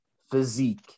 physique